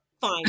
Fine